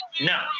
no